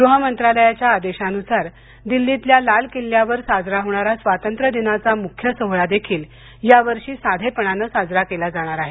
गृहमंत्रालयाच्या आदेशानुसार दिल्लीतल्या लाल किल्ल्यावर साजरा होणारा स्वातंत्र्य दिनाचा मुख्य सोहळादेखील यावर्षी साधेपणानं साजरा केला जाणार आहे